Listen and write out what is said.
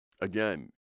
Again